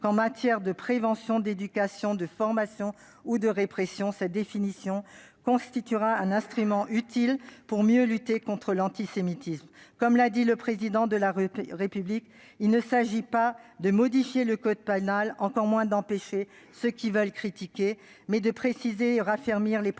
qu'en matière de prévention, d'éducation, de formation ou de répression cette définition constituera un instrument utile pour mieux lutter contre l'antisémitisme. Comme l'a souligné le Président de la République, il ne s'agit pas de modifier le code pénal, encore moins d'empêcher ceux qui veulent critiquer, mais il s'agit de préciser et de raffermir les pratiques